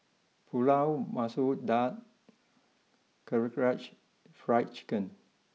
Pulao Masoor Dal Karaage Fried Chicken